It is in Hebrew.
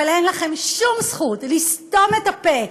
אבל אין לכם שום זכות לסתום את הפה.